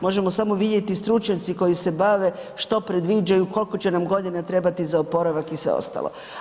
Možemo samo vidjeti stručnjaci koji se bave što predviđaju, koliko će nam godina trebati za oporavak i sve ostalo.